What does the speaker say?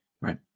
right